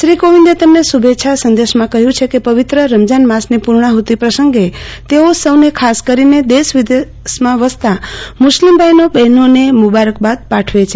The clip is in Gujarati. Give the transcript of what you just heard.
શ્રી કોવિંદે તેમને શુભેચ્છા સંદેશમાં કહયું છે કે પવિત્ર રમજાન માસની પુર્ણાહુતી પ્રસંગે તેઓ સૌને ખાસ કરીને દેશ વિદેશમાં વસતા મુસ્લીમ ભાઈઓ બહેનોને મુબારકબાદ પાઠવે છે